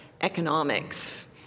economics